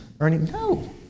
No